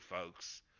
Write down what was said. folks